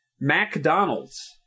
McDonald's